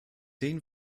sehen